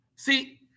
See